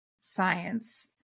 science